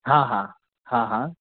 हाँ हाँ हाँ हाँ